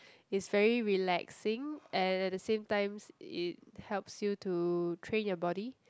is very relaxing and at the same times it helps you to train your body